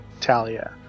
Talia